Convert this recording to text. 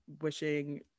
Wishing